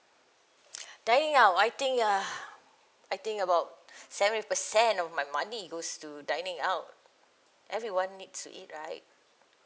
dining out I think uh I think about seventy percent of my money goes to dining out everyone needs to eat right